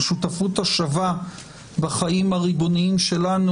השותפות השווה בחיים הריבוניים שלנו,